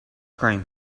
cream